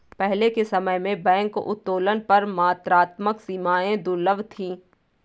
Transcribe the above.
पहले के समय में बैंक उत्तोलन पर मात्रात्मक सीमाएं दुर्लभ थीं